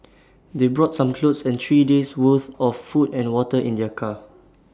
they brought some clothes and three days' worth of food and water in their car